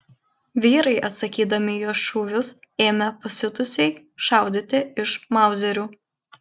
vyrai atsakydami į jo šūvius ėmė pasiutusiai šaudyti iš mauzerių